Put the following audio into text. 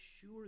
sure